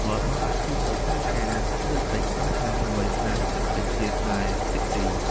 រដ្ឋបានដាក់ចេញនូវផែនការសេដ្ឋកិច្ច ៥ ឆ្នាំ ដើម្បីស្តារសេដ្ឋកិច្ចជាតិដែលខ្ទេចខ្ទី។